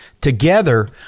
Together